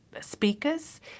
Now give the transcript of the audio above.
speakers